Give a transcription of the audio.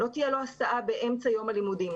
לא תהיה לו הסעה באמצע יום הלימודים.